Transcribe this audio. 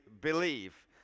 believe